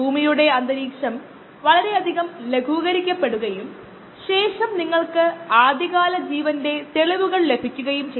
അതേസമയം ഒരു packed bed ഒരു ബാച്ച് മോഡിൽ മാത്രം പ്രവർത്തിക്കുന്നത് അൽപ്പം ബുദ്ധിമുട്ടാണ്